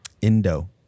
indo